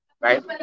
right